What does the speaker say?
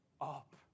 up